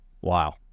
Wow